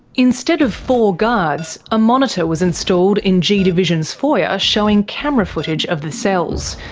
instead of four guards, a monitor was installed in g division's foyer showing camera footage of the cells.